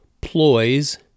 ploys